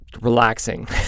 relaxing